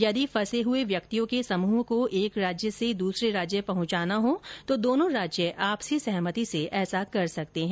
यदि फंसे हुए व्यक्तियों के समूह को एक राज्य से दूसरे राज्य पहुंचाना हो तो दोनों राज्य आपसी सहमति से ऐसा कर सकते हैं